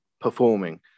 performing